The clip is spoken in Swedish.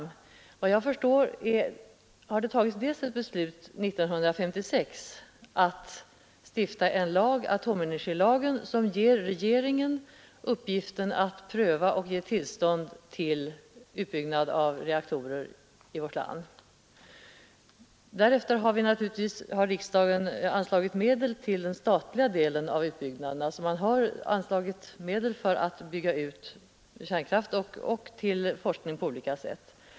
Såvitt jag förstår fattades det ett beslut 1956 om att stifta en lag — atomenergilagen — som ger regeringen uppgiften att pröva och ge tillstånd till utbyggnad av reaktorer i vårt land. Därefter har riksdagen anslagit medel till den statliga delen av utbyggnaden av kärnkraft och till forskning på olika sätt.